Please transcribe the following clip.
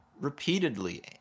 repeatedly